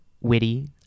witty